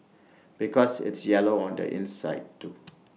because it's yellow on the inside too